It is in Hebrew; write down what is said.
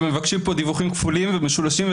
ומבקשים פה דיווחים כפולים ומשולשים,